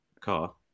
car